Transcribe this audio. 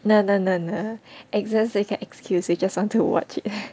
no no no no it's just an excuse you just want to watch it